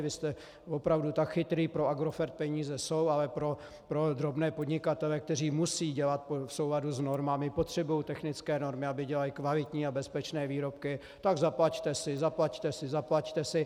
Vy jste opravdu tak chytrý, pro Agrofert peníze jsou, ale pro drobné podnikatele, kteří musí dělat v souladu s normami, potřebují technické normy, aby dělali kvalitní a bezpečné výrobky, tak zaplaťte si, zaplaťte si, zaplaťte si.